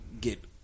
get